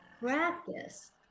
practice